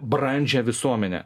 brandžią visuomenę